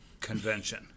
convention